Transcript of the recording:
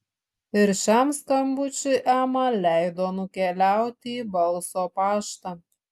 ir šiam skambučiui ema leido nukeliauti į balso paštą